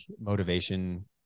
motivation